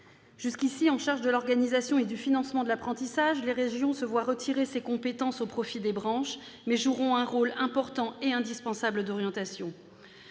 Jusqu'à présent en charge de l'organisation et du financement de l'apprentissage, les régions se voient retirer ces compétences au profit des branches, mais elles joueront un important et indispensable rôle d'orientation.